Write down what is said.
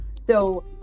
So-